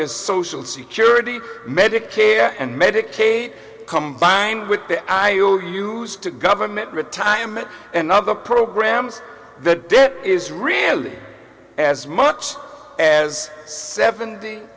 as social security medicare and medicaid combined with the ious to government retirement and other programs that is reality as much as seventy